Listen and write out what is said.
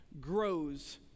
grows